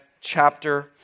chapter